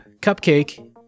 Cupcake